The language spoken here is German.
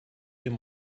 dem